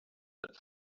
but